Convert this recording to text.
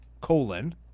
Colon